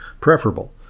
preferable